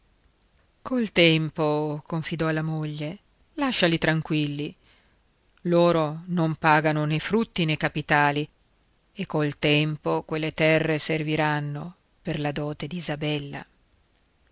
col tempo confidò alla moglie lasciali tranquilli loro non pagano né frutti né capitali e col tempo quelle terre serviranno per la dote d'isabella